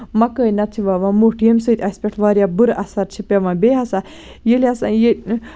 مَکٲے تہٕ چھِ وَوان مُٹھ ییٚمہِ سۭتۍ اَسہِ پٮ۪ٹھ واریاہ بُرٕ اَثر چھِ پیوان بیٚیہِ ہسا ییٚلہِ ہسا یہِ